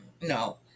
No